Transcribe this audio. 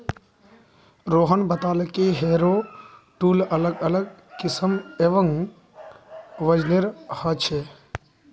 रोहन बताले कि harrow tool अलग अलग किस्म एवं वजनेर ह छे